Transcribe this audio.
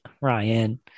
Ryan